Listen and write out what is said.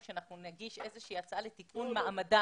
שאנחנו נגיש איזה שהוא הצעה לתיקון מעמדם